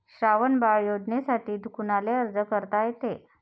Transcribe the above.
श्रावण बाळ योजनेसाठी कुनाले अर्ज करता येते?